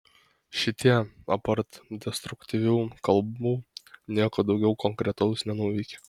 šitie apart destruktyvių kalbų nieko daugiau konkretaus nenuveikė